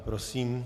Prosím.